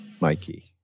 Mikey